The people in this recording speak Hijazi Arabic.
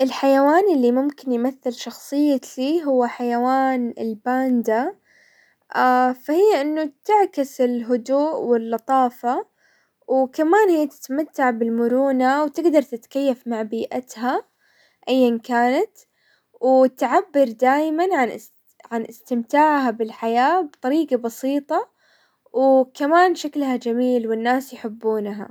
الحيوان اللي ممكن يمثل شخصيتي هو حيوان الباندا، فهي انه تعكس الهدوء واللطافة، وكمان هي تتمتع بالمرونة وتقدر تتكيف مع بيئتها ايا كانت، وتعبر دايما عن-عن استمتاعها بالحياة بطريقة بسيطة، وكمان شكلها جميل والناس يحبونها.